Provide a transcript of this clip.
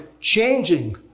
changing